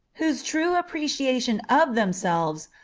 whose true appreciation of themselves,